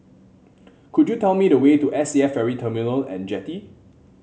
could you tell me the way to S A F Ferry Terminal and Jetty